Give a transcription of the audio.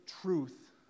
truth